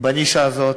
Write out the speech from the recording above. בנישה הזאת.